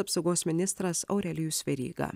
apsaugos ministras aurelijus veryga